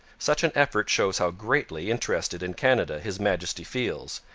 such an effort shows how greatly interested in canada his majesty feels,